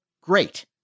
great